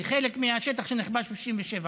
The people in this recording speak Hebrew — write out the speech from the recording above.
היא חלק מהשטח שנכבש ב-67'.